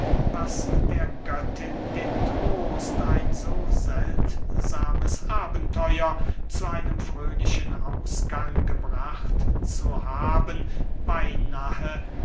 was der göttin den trost ein so seltsames abenteuer zu einem fröhlichen ausgang gebracht zu haben beynahe